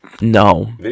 no